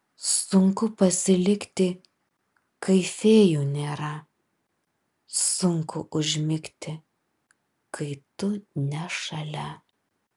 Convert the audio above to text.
sunku pasilikti kai fėjų nėra sunku užmigti kai tu ne šalia